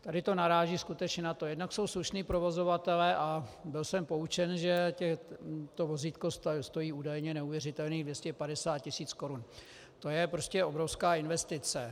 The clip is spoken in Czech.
Tady to naráží skutečně na to jednak jsou slušní provozovatelé, a byl jsem poučen, že to vozítko stojí údajně neuvěřitelných 250 tisíc korun, to je prostě obrovská investice.